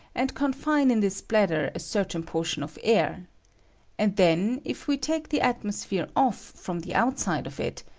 and confine in this bladder a certain portion of air and then, if we take the atmosphere off from the outside of it,